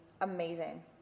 amazing